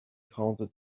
counted